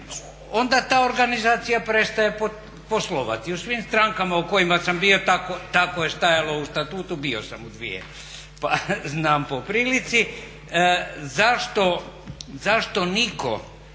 onda ta organizacija prestaje poslovati. U svim strankama u kojima sam bio tako je stajalo u statutu. Bio sam u dvije pa znam po prilici. Zašto nitko